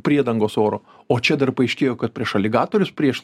priedangos oro o čia dar paaiškėjo kad prieš aligatorius prieš